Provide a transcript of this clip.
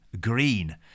green